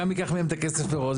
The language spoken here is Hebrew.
גם ניקח להם את הכסף מראש,